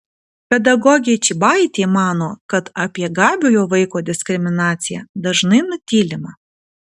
pedagogė čybaitė mano kad apie gabiojo vaiko diskriminaciją dažnai nutylima